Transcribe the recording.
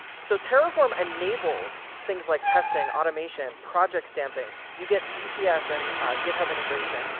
so terraform enables things like testing, automation, project stamping. you get vcs and github integration.